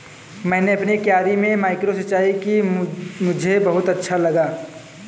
मैंने अपनी क्यारी में माइक्रो सिंचाई की मुझे बहुत अच्छा लगा